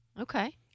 Okay